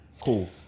Cool